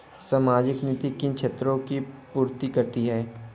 सामाजिक नीति किन क्षेत्रों की पूर्ति करती है?